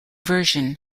version